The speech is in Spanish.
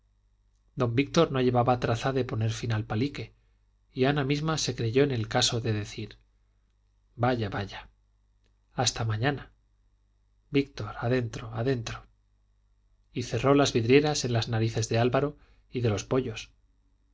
don víctor no llevaba traza de poner fin al palique y ana misma se creyó en el caso de decir vaya vaya hasta mañana víctor adentro adentro y cerró las vidrieras en las narices de álvaro y de los pollos